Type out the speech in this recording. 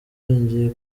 yongeye